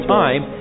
time